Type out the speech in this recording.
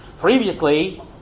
previously